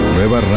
Nueva